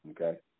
Okay